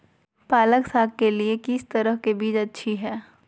पालक साग के लिए किस तरह के बीज अच्छी है?